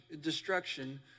destruction